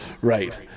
Right